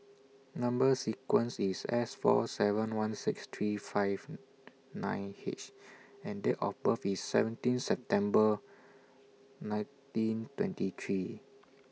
Number sequence IS S four seven one six three five nine H and Date of birth IS seventeen September nineteen twenty three